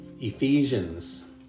Ephesians